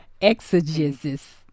Exegesis